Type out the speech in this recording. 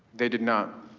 they did not.